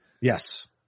Yes